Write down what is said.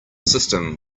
system